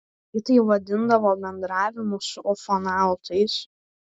ji tai vadindavo bendravimu su ufonautais